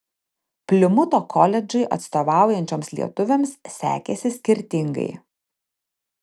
plimuto koledžui atstovaujančioms lietuvėms sekėsi skirtingai